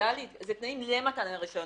חדל להתקיים אלה תנאים למתן הרישיון,